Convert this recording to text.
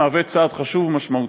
הוא צעד חשוב ומשמעותי.